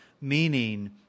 meaning